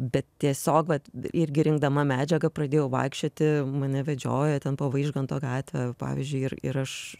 bet tiesiog vat irgi rinkdama medžiagą pradėjau vaikščioti mane vedžiojo ten po vaižganto gatvę pavyzdžiui ir ir aš